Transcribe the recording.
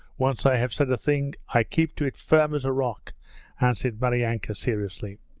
once i have said a thing i keep to it firm as a rock answered maryanka seriously.